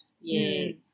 yes